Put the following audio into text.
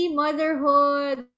motherhood